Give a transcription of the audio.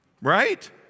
right